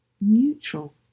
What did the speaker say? Neutral